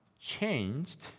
changed